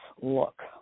look